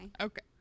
okay